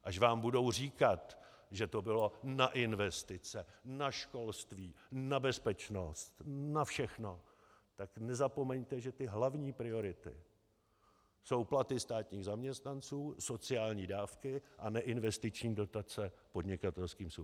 Až vám budou říkat, že to bylo na investice, na školství, na bezpečnost, na všechno, tak nezapomeňte, že ty hlavní priority jsou platy státních zaměstnanců, sociální dávky a neinvestiční dotace podnikatelským subjektům.